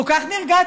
כל כך נרגעתי.